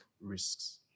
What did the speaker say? risks